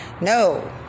No